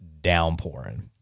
downpouring